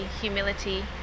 humility